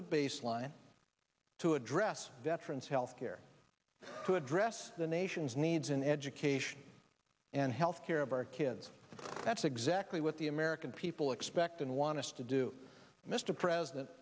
the baseline to address veterans health care to address the nation's needs in education and health care of our kids and that's exactly what the american people expect and want us to do mr president